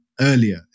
earlier